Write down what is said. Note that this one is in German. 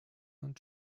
und